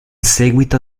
seguito